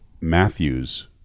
Matthews